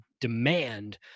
demand